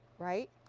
right?